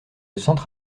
centre